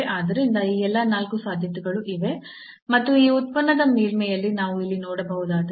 ಆದ್ದರಿಂದ ಈ ಎಲ್ಲಾ ನಾಲ್ಕು ಸಾಧ್ಯತೆಗಳು ಇವೆ ಮತ್ತು ಈ ಉತ್ಪನ್ನದ ಮೇಲ್ಮೈಯಲ್ಲಿ ನಾವು ಇಲ್ಲಿ ನೋಡಬಹುದಾದರೆ